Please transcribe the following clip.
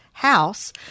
house